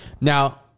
Now